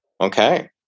Okay